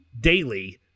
daily